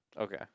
okay